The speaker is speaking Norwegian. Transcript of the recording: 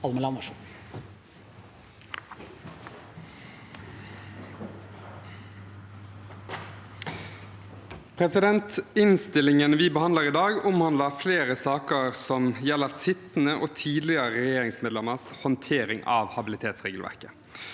sa- ken): Innstillingen vi behandler i dag, omhandler flere saker som gjelder sittende og tidligere regjeringsmedlemmers håndtering av habilitetsregelverket.